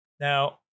Now